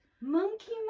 monkey